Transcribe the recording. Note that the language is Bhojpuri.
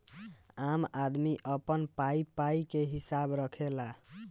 आम आदमी अपन पाई पाई के हिसाब रखेला